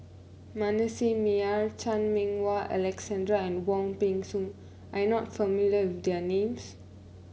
Manasseh Meyer Chan Meng Wah Alexander and Wong Peng Soon are you not familiar with their names